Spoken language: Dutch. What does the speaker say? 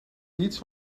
eats